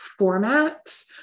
formats